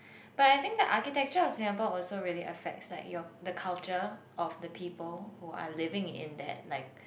but I think the architecture of Singapore also really affects like your the culture of the people who are living in that like